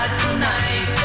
tonight